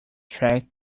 track